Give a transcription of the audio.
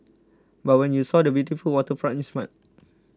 but when you saw the beautiful waterfront you smiled